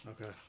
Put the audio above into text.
Okay